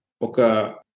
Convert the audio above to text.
Oka